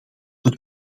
het